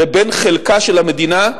לבין חלקה של המדינה.